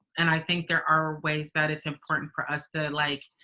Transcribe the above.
and i think there are ways that it's important for us to, like,